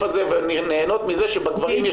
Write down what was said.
הזה ונהנות מזה שבגברים יש חמש ליגות?